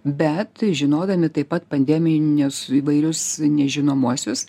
bet žinodami taip pat pandeminius įvairius nežinomuosius